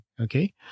Okay